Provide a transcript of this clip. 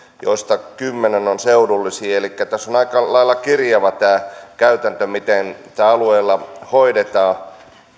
joista kymmenen on seudullisia elikkä tässä on aika lailla kirjava tämä käytäntö miten tämä alueilla hoidetaan